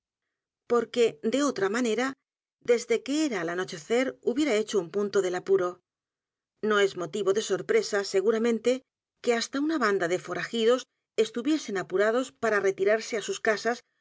e de otra manera desde que era al anochecer hubiera hecho un punto del apuro no es motivo de sorpresa seguramente que hasta una banda de forael misterio de maría rogét gidos estuviesen apurados para retirarse á sus c